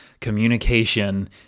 Communication